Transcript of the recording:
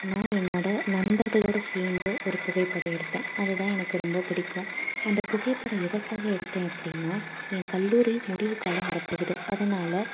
நான் என்னோடய நண்பர்களோடு சேர்ந்து ஒரு புகைப்படம் எடுத்தேன் அதுதான் எனக்கு ரொம்ப பிடிக்கும் அந்த புகைப்படம் எதற்காக எடுத்தேன் அப்படினா என் கல்லூரி முடிவு காலம் வரப்போகுது அதனால்